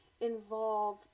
involve